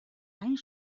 hain